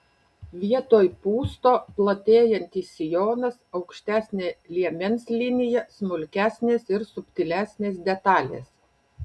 vietoj pūsto platėjantis sijonas aukštesnė liemens linija smulkesnės ir subtilesnės detalės